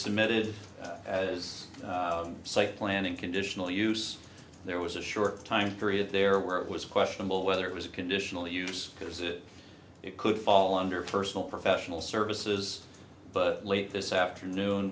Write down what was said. submitted as site planning conditional use there was a short time period there where it was questionable whether it was a conditional use because it could fall under personal professional services but late this afternoon